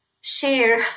share